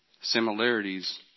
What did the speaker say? similarities